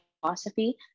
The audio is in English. philosophy